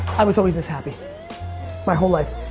i was always this happy my whole life.